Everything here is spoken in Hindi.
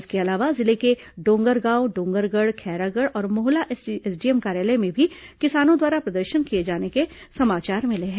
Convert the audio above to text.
इसके अलावा जिले के डोंगरगांव डोंगरगढ़ खैरागढ़ और मोहला एसडीएम कार्यालय में भी किसानों द्वारा प्रदर्शन किए जाने के समाचार मिले हैं